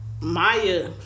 Maya